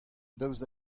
daoust